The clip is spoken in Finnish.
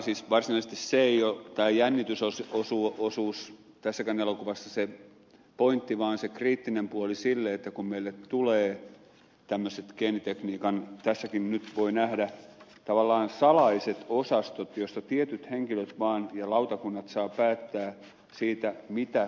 varsinaisesti se ei ole tämä jännitysosuus tässäkään elokuvassa se pointti vaan se kriittinen puoli sille että kun meille tulee tämmöiset geenitekniikan tässäkin nyt voi nähdä tavallaan salaiset osastot joista tietyt henkilöt vaan ja lautakunnat saavat päättää siitä mitä